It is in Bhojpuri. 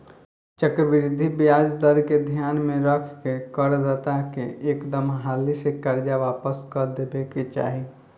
चक्रवृद्धि ब्याज दर के ध्यान में रख के कर दाता के एकदम हाली से कर्जा वापस क देबे के चाही